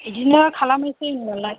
बिदिनो खालामहैनोसै होनबालाय